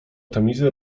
tamizy